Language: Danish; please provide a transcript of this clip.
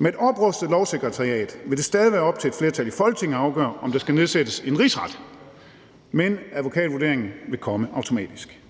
Med et oprustet Lovsekretariat vil det stadig være op til et flertal i Folketinget at afgøre, om der skal nedsættes en rigsret, men advokatvurderingen vil komme automatisk.